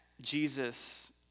Jesus